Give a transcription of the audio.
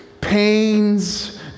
pains